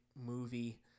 movie